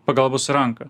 pagalbos ranką